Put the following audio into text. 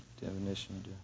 Definition